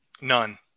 None